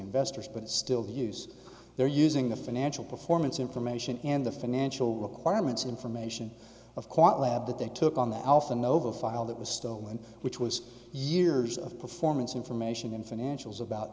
investors but it's still the use they're using the financial performance information and the financial requirements information of quite lab that they took on the alpha nova file that was stolen which was years of performance information and financials about